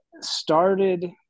started